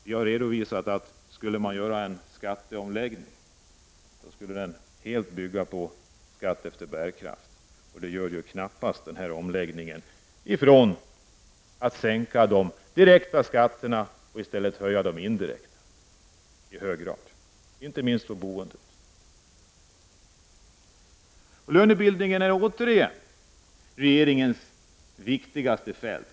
Vi menar att skulle man göra en skatteomläggning borde den helt bygga på skatt efter bärkraft. Det gör knappast denna omläggning, som sänker de direkta skatterna och i stället i hög grad höjer de indirekta, inte minst när det gäller boendet. Lönebildningen är återigen regeringens viktigaste fält.